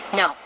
no